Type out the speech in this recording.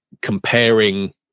comparing